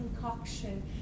concoction